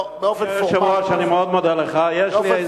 לא ביקשתי להסיר.